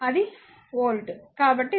కాబట్టి v 2 160 volt